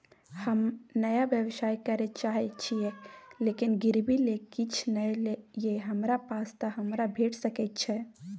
हम नया व्यवसाय करै चाहे छिये लेकिन गिरवी ले किछ नय ये हमरा पास त हमरा भेट सकै छै?